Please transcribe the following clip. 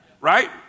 Right